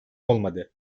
olmadı